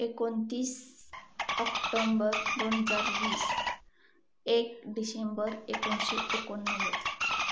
एकोणतीस ऑक्टोंबर दोनहजार वीस एक डिशेंबर एकोणिसशे एकोणनव्वद